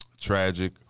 tragic